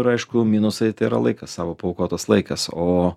ir aišku minusai tai yra laikas savo paaukotas laikas o